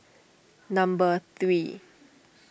number three